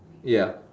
ya